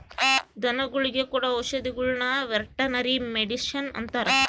ಧನಗುಳಿಗೆ ಕೊಡೊ ಔಷದಿಗುಳ್ನ ವೆರ್ಟನರಿ ಮಡಿಷನ್ ಅಂತಾರ